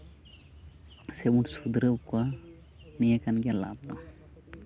ᱥᱮᱵᱚᱱ ᱥᱩᱫᱽᱨᱟᱹᱣ ᱠᱚᱣᱟ ᱱᱤᱭᱟᱹ ᱠᱟᱱ ᱜᱮᱭᱟ ᱞᱟᱵᱽ ᱫᱚ